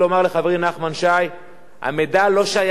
המידע לא שייך להם, המידע שייך למדינת ישראל.